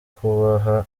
kubaha